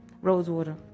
rosewater